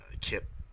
Kip